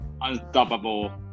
unstoppable